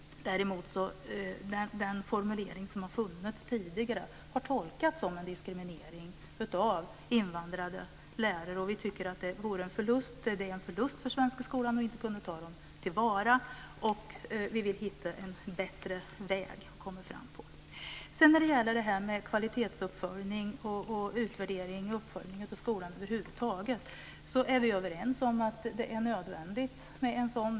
Däremot har den formulering som har funnits tidigare tolkats som en diskriminering av invandrade lärare. Det är en förlust för svenska skolan att inte kunna ta tillvara dem. Vi vill hitta en bättre väg att komma fram på. När det gäller kvalitetsuppföljning och utvärdering och uppföljning av skolan över huvud taget är vi överens om att det är nödvändigt med en sådan.